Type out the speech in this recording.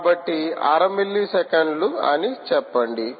కాబట్టి అర మిల్లీ సెకన్లు అని చెప్పండి